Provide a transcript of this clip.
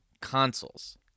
consoles